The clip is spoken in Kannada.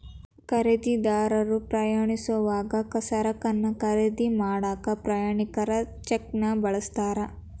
ಖರೇದಿದಾರರು ಪ್ರಯಾಣಿಸೋವಾಗ ಸರಕನ್ನ ಖರೇದಿ ಮಾಡಾಕ ಪ್ರಯಾಣಿಕರ ಚೆಕ್ನ ಬಳಸ್ತಾರ